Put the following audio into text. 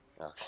Okay